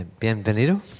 Bienvenido